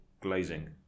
glazing